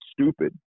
stupid